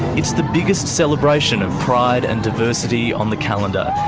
it's the biggest celebration of pride and diversity on the calendar.